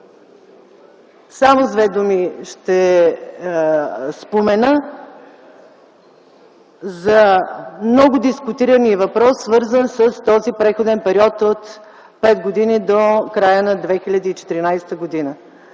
Само две думи ще спомена за много дискутирания въпрос, свързан с този преходен период от пет години до края на 2014 г.